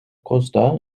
costa